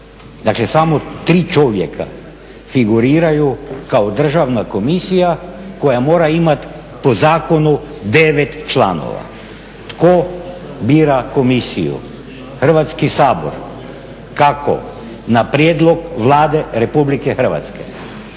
Dakle, samo 3 čovjeka figuriraju kao državna komisija koja mora imat po zakonu 9 članova. Tko bira komisiju? Hrvatski sabor. Kako? Na prijedlog Vlade Republike Hrvatske.